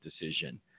decision